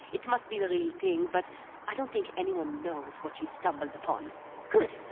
it must be the real thing, but i don't think anyone knows what she's stumbled upon good.